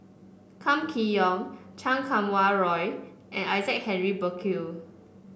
Kam Kee Yong Chan Kum Wah Roy and Isaac Henry Burkill